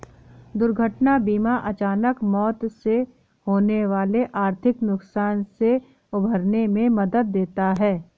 दुर्घटना बीमा अचानक मौत से होने वाले आर्थिक नुकसान से उबरने में मदद देता है